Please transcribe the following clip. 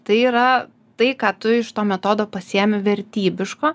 tai yra tai ką tu iš to metodo pasiemi vertybiško